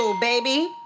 baby